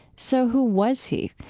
so who was he?